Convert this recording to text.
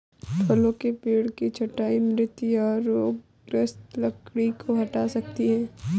फलों के पेड़ की छंटाई मृत या रोगग्रस्त लकड़ी को हटा सकती है